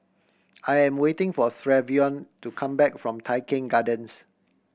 I am waiting for Trevion to come back from Tai Keng Gardens